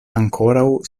ankoraŭ